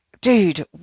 dude